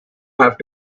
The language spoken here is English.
have